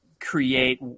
create